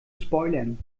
spoilern